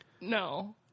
No